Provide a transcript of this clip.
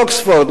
אוקספורד,